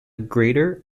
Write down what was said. greater